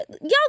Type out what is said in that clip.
y'all